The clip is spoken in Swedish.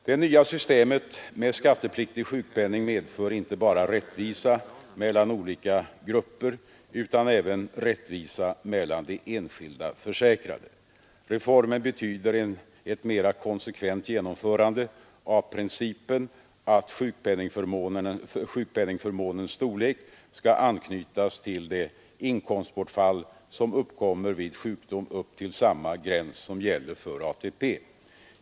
Det nya systemet med skattepliktig sjukpenning medför inte bara rättvisa mellan olika grupper utan även rättvisa mellan de enskilda försäkrade. Reformen betyder ett mera konsekvent genomförande av principen att sjukpenningförmånens storlek skall anknytas till det inkomstbortfall som uppkommer vid sjukdom upp till samma gräns som gäller för ATP.